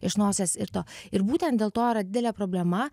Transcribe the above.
iš nosies ir to ir būten dėl to yra didelė problema